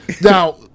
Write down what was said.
Now